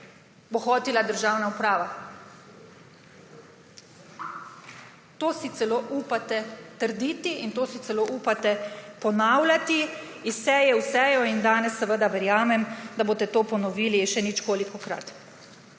bohotila državna uprava. To si celo upate trditi in to si celo upate ponavljati iz seje v sejo in danes seveda verjamem, da boste to ponovili še ničkolikokrat.